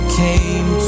came